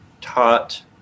taught